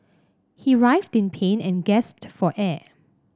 he writhed in pain and gasped for air